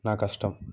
నా కష్టం